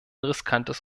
riskantes